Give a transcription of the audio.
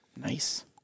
Nice